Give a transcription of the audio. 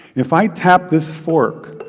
if i tap this fork,